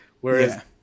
Whereas